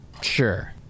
Sure